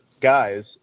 guys